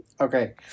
okay